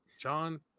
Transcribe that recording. John